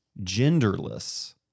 genderless